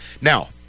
Now